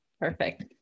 Perfect